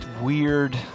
weird